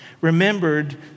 remembered